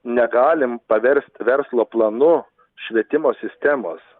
negalim paversti verslo planu švietimo sistemos